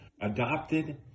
adopted